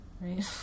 Right